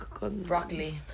broccoli